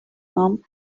nom